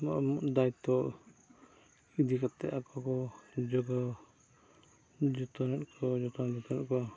ᱫᱟᱭᱤᱛᱛᱚ ᱤᱫᱤ ᱠᱟᱛᱮᱫ ᱟᱠᱚ ᱠᱚ ᱡᱳᱜᱟᱣ ᱡᱚᱛᱚᱱ ᱮᱫ ᱠᱚᱣᱟ ᱡᱳᱜᱟᱣ ᱡᱚᱛᱚᱱᱮᱜ ᱠᱚᱣᱟ